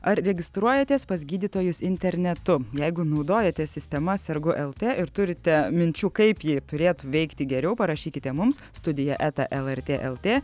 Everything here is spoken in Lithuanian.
ar registruojatės pas gydytojus internetu jeigu naudojatės sistema sergu lt ir turite minčių kaip ji turėtų veikti geriau parašykite mums studija eta lrt lt